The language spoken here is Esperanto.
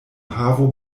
havo